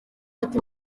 ati